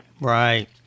Right